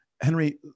Henry